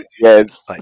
Yes